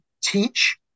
teach